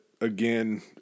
again